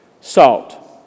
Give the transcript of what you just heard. Salt